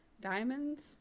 Diamonds